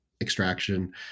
extraction